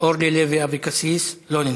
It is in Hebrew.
אורלי לוי אבקסיס, לא נמצאת,